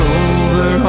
over